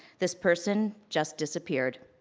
this person just disappeared.